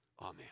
amen